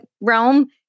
realm